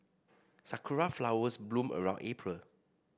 sakura flowers bloom around April